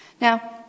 Now